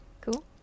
Cool